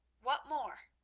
what more?